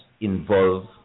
involve